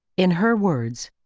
in her words.